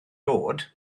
dod